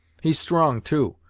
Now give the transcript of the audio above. he's strong too,